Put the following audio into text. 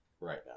right